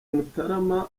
mutarama